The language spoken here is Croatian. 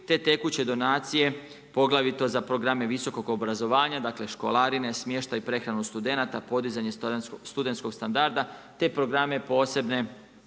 te tekuće donacije poglavito za programe visokog obrazovanja, dakle školarine, smještaj i prehranu studenata, podizanje studentskog standarda te programe posebne,